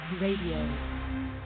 radio